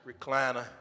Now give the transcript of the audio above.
recliner